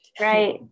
right